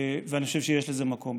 ואני חושב שיש לזה מקום.